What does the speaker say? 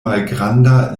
malgranda